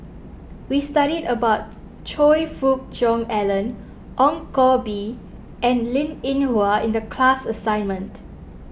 we studied about Choe Fook Cheong Alan Ong Koh Bee and Linn in Hua in the class assignment